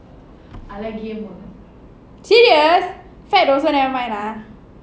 அழகிய முகம்:azhakiya mugam serious fat also never mind ah